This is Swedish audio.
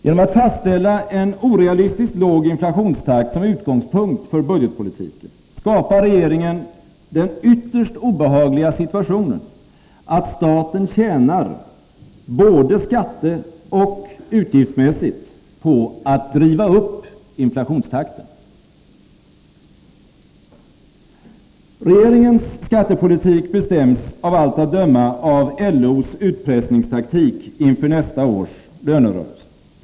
Genom att fastställa en orealistiskt låg inflationstakt som utgångspunkt för budgetpolitiken skapar regeringen den ytterst obehagliga situationen att staten tjänar både skatteoch utgiftsmässigt på att inflationstakten drivs upp. Regeringens skattepolitik bestäms av allt att döma av LO:s utpressningstaktik inför nästa års lönerörelse.